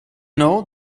know